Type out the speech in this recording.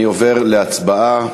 אני עובר להצבעה.